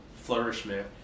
flourishment